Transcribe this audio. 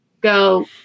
go